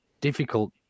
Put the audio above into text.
difficult